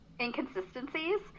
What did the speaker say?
inconsistencies